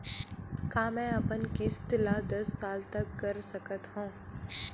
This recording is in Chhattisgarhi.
का मैं अपन किस्त ला दस साल तक कर सकत हव?